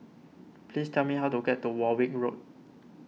please tell me how to get to Warwick Road